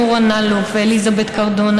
נורא מאלוק ואליזבת קרדונה,